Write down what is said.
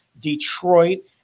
Detroit